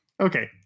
Okay